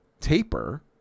taper